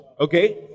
Okay